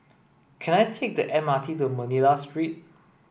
can I take the M R T to Manila Street